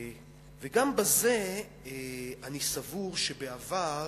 וגם בזה אני סבור שבעבר